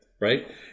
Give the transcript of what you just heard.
right